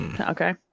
okay